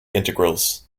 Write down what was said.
integrals